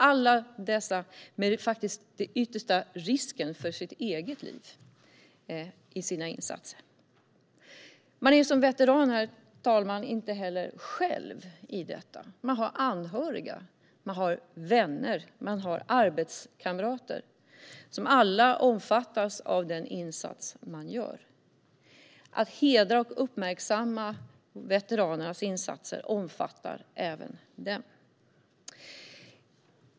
Alla dessa har ryckt in och faktiskt riskerat sitt eget liv. Herr talman! Man är som veteran inte själv i detta. Man har anhöriga. Man har vänner. Man har arbetskamrater. De omfattas alla av den insats man gör. När veteranernas insatser hedras och uppmärksammas omfattas även de.